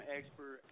Expert